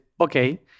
okay